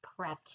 prepped